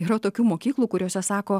yra tokių mokyklų kuriose sako